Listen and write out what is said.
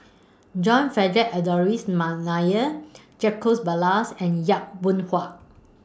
John Frederick Adolphus Mcnair Jacobs Ballas and Yap Boon Hua